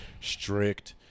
strict